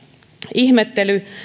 ihmettely